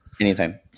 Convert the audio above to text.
Anytime